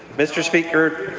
mr. speaker,